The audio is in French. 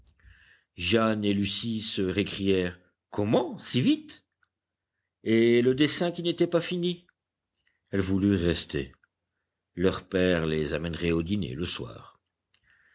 jeanne et lucie se récrièrent comment si vite et le dessin qui n'était pas fini elles voulurent rester leur père les amènerait au dîner le soir